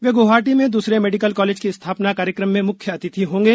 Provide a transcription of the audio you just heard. वे गुवाहाटी में दूसरे medical college की स्थापना कार्यक्रम में मुख्य अतिथि होगें